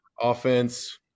offense